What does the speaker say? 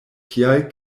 tial